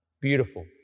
Beautiful